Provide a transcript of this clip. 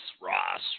Ross